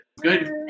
good